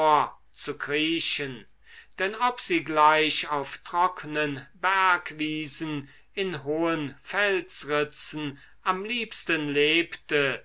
zu kriechen denn ob sie gleich auf trocknen bergwiesen in hohen felsritzen am liebsten lebte